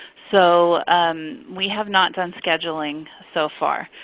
so we have not done scheduling so far.